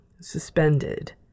suspended